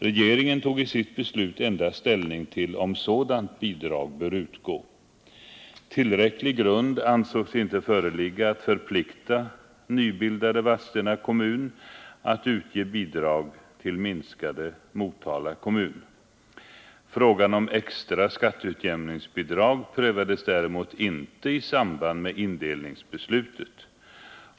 Regeringen tog i sitt beslut endast ställning till om sådant bidrag bör utgå. Tillräcklig grund ansågs inte föreligga att förplikta nybildade Vadstena kommun att utge bidrag till minskade Motala kommun. Frågan om extra skatteutjämningsbidrag prövades däremot inte i samband med indelningsbeslutet.